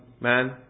man